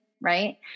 right